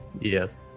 Yes